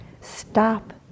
stop